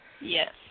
Yes